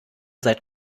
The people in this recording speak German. seit